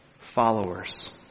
followers